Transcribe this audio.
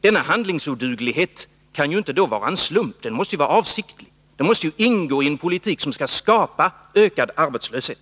Denna handlingsoduglighet kan då inte vara en slump — den måste vara avsiktlig, och den måste ingå i en politik som skall skapa ökad arbetslöshet.